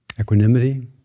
Equanimity